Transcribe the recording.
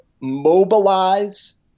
mobilize